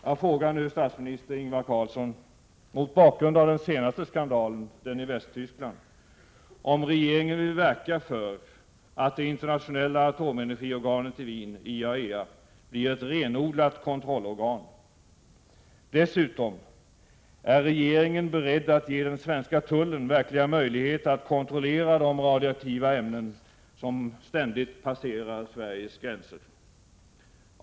Jag frågar nu statsminister Ingvar Carlsson, mot bakgrund av den senaste skandalen, den i Västtyskland, om regeringen vill verka för att det internationella atomenergiorganet i Wien, IAEA, blir ett renodlat kontrollorgan. Dessutom: Är regeringen beredd att ge den svenska tullen verkliga möjligheter att kontrollera de radioaktiva ämnen som ständigt passerar Sveriges gränser?